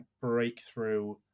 Breakthrough